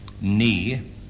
Knee